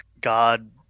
god